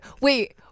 Wait